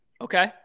Okay